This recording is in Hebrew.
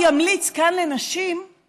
אם סמוטריץ מדבר אני מסתדרת יותר טוב.